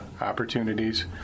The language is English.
opportunities